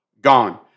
Gone